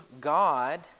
God